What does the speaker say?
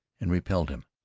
and repelled him,